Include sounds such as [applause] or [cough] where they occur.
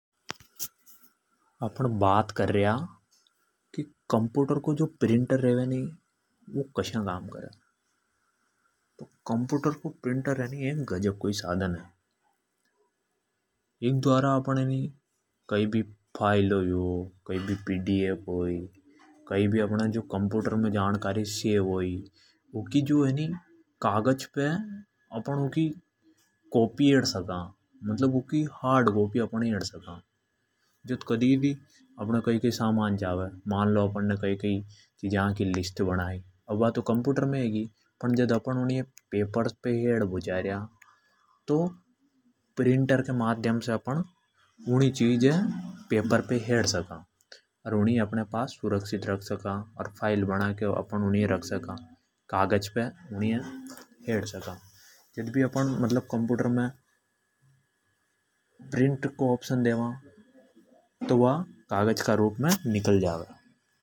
अपण बाता कर रया की जो कंप्यूटर को प्रिंटर रेवे नी वु कसा काम करे। प्रिंटर एक गजब को साधन है। इसे फाईल, पी डी एफ, कोई [noise] जानकारी हाई उकी कागज़ पे कॉपी हेड सका। ऊँकी हार्ड कॉपी हेड सका। जद अपण है कई समान चवे। मान लों अपण ने कोई लिस्ट [noise] बनाई। तो हर अपण उनी है पेपर पे हेड बो छार्या। तो प्रिंटर से अपण उनी ये कागज़ पे हेड सका। अर उनी है [noise] फाईल का रूप मे रख सका।